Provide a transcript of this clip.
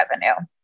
revenue